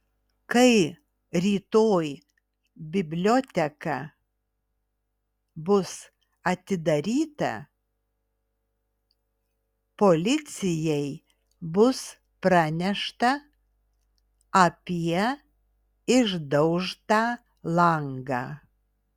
kai rytoj biblioteka bus atidaryta policijai bus pranešta apie išdaužtą langą